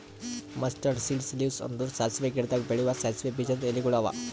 mustard seeds leaves ಅಂದುರ್ ಸಾಸಿವೆ ಗಿಡದಾಗ್ ಬೆಳೆವು ಸಾಸಿವೆ ಬೀಜದ ಎಲಿಗೊಳ್ ಅವಾ